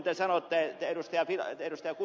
te ed